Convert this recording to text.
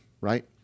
right